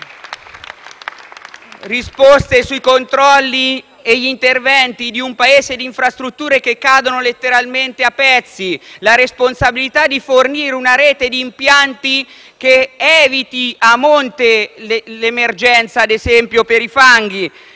Risposte sui controlli e sugli interventi di un Paese le cui infrastrutture cadono letteralmente a pezzi, con la responsabilità di fornire una rete di impianti che eviti a monte l’emergenza, ad esempio, per i fanghi;